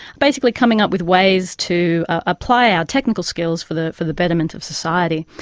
basically coming up with ways to apply our technical skills for the for the benefit of society.